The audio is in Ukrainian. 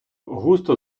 густо